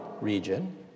region